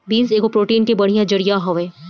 beans एगो protein के बढ़िया जरिया हवे